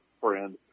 friend